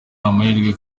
amahirwe